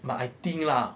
but I think lah